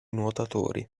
nuotatori